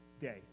day